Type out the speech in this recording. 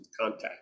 contact